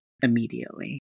immediately